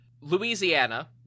Louisiana